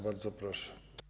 Bardzo proszę.